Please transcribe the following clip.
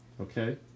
okay